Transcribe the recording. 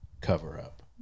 cover-up